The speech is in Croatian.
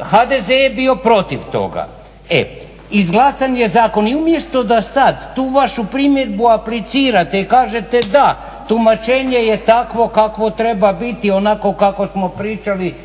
HDZ je bio protiv toga. E, izglasan je zakon. I umjesto da sad tu vašu primjedbu aplicirate i kažete da, tumačenje je takvo kakvo treba biti, onako kako smo pričali